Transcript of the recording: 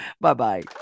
Bye-bye